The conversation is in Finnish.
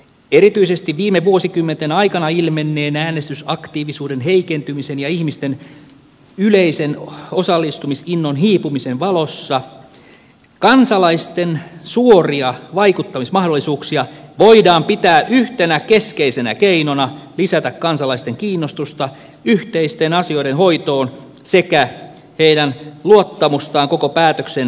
erityisesti viime vuosikymmenten aikana ilmenneen äänestysaktiivisuuden heikentymisen ja ihmisten yleisen osallistumisinnon hiipumisen valossa kansalaisten suoria vaikuttamismahdollisuuksia voidaan pitää yhtenä keskeisenä keinona lisätä kansalaisten kiinnostusta yhteisten asioiden hoitoon sekä heidän luottamustaan koko päätöksentekojärjestelmää kohtaan